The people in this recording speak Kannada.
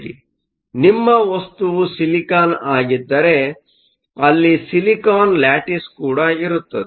ಏಕೆಂದರೆ ನಿಮ್ಮ ವಸ್ತುವು ಸಿಲಿಕಾನ್ ಆಗಿದ್ದರೆ ಅಲ್ಲಿ ಸಿಲಿಕಾನ್ ಲ್ಯಾಟಿಸ್ ಕೂಡ ಇರುತ್ತದೆ